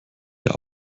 der